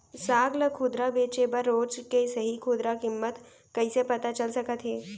साग ला खुदरा बेचे बर रोज के सही खुदरा किम्मत कइसे पता चल सकत हे?